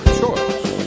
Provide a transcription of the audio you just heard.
choice